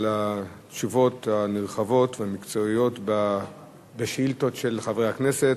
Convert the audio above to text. על התשובות הנרחבות והמקצועיות על השאילתות של חברי הכנסת.